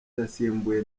yasimbuye